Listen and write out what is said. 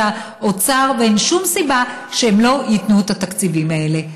האוצר ואין שום סיבה שהם לא ייתנו את התקציבים האלה,